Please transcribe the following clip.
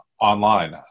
online